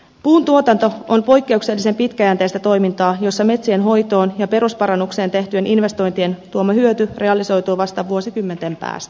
puuntuotanto on poikkeuksellisen pitkäjänteistä toimintaa jossa metsien hoitoon ja perusparannukseen tehtyjen investointien tuoma hyöty realisoituu vasta vuosikymmenten päästä